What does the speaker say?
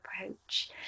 approach